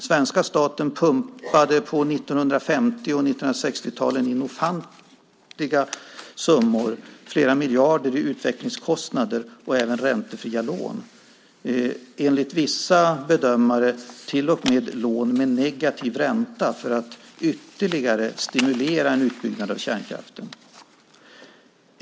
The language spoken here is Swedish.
Svenska staten pumpade på 1950 och 1960-talen in ofantliga summor, flera miljarder, i utvecklingskostnader och även räntefria lån - enligt vissa bedömare till och med lån med negativ ränta för att ytterligare stimulera en utbyggnad av kärnkraften.